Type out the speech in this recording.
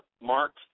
Mark